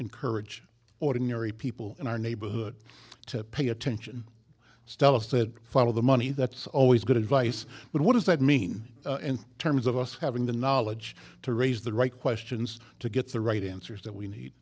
encourage ordinary people in our neighborhood to pay attention stylists that funnel the money that's always good advice but what does that mean in terms of us having the knowledge to raise the right questions to get the right answers that we need